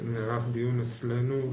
נערך דיון אצלנו,